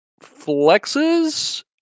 flexes